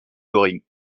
göring